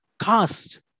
cast